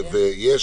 ויש